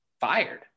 fired